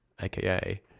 aka